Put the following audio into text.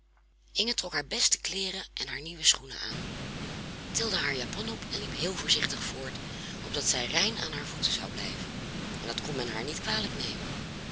trok haar beste kleeren en haar nieuwe schoenen aan tilde haar japon op en liep heel voorzichtig voort opdat zij rein aan haar voeten zou blijven en dat kon men haar niet kwalijk nemen